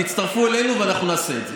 תצטרפו אלינו ואנחנו נעשה את זה.